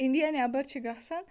India نٮ۪بَر چھِ گژھان